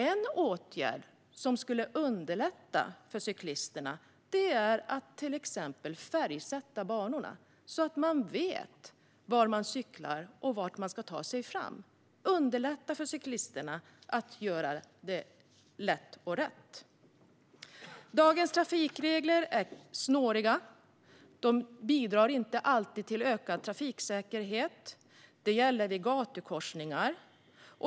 En åtgärd som skulle underlätta för cyklisterna är till exempel att färgsätta banorna, så att man vet var man cyklar och var man ska ta sig fram. Detta skulle underlätta för cyklisterna att göra rätt. Dagens trafikregler är snåriga och bidrar inte alltid till ökad trafiksäkerhet. Detta gäller bland annat i gatukorsningar.